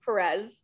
Perez